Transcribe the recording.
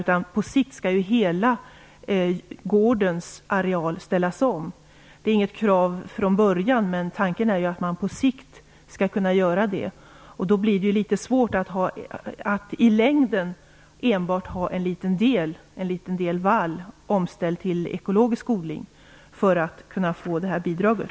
I stället skall hela gårdens areal på sikt ställas om. Det är inget krav från början, men tanken är att man på sikt skall kunna göra det. Då blir det litet svårt att i längden enbart ha en liten del vall omställd till ekologisk odling för att kunna få bidraget.